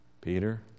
Peter